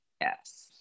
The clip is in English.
Yes